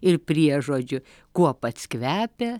ir priežodžiu kuo pats kvepia